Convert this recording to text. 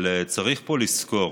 אבל צריך פה לזכור,